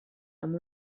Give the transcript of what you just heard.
amb